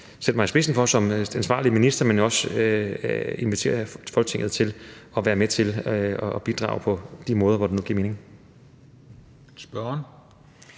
sætte mig i spidsen for som ansvarlig minister, men jeg vil jo også invitere Folketinget til at være med til at bidrage på de måder, hvor det nu giver mening.